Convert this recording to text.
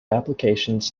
applications